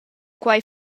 quei